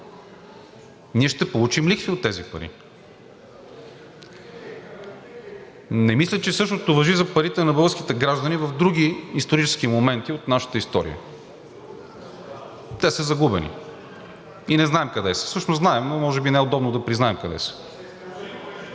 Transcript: Ние ще получим лихви от тези пари. Не мисля, че същото важи за парите на българските граждани в други исторически моменти от нашата история – те са загубени и не знаем къде са, всъщност знаем, но може би не е удобно да признаем къде са.